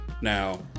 Now